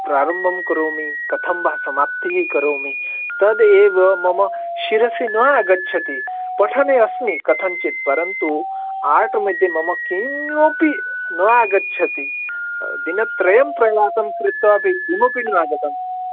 प्रारम्भं करोमि कथं वा समाप्तिं करोमि तदेव मम शिरसि न आगच्छति पठने अस्मि कथञ्चित् परन्तु आर्ट् मध्ये मम किमपि न आगच्छति दिनत्रयं प्रयासङ्कृत्वा अपि किमपि न आगतम्